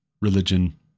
religion